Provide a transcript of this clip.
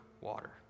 water